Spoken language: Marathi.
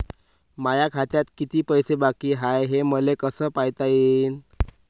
माया खात्यात किती पैसे बाकी हाय, हे मले कस पायता येईन?